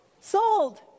sold